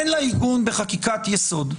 אין לה עיגון בחקיקת יסוד.